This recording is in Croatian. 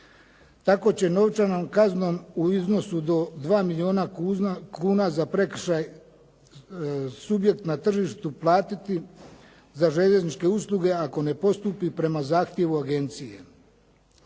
Tako će novčanom kaznom u iznosu do 2 milijuna kuna za prekršaj subjekt na tržištu platiti za željezničke usluge ako ne postupi prema zahtjevu agencije.